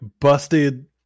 busted